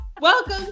Welcome